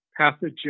pathogen